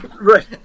Right